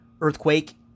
earthquake